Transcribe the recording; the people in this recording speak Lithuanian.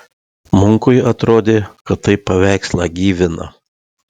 munkui atrodė kad tai paveikslą gyvina